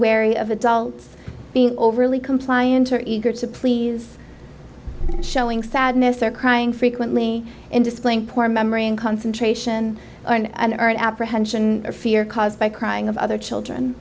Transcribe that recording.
wary of adults being overly compliant or eager to please showing sadness or crying frequently and displaying poor memory and concentration on an apprehension or fear caused by crying of other children